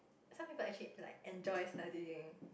some people actually like enjoy studying